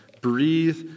breathe